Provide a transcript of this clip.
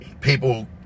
people